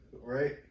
right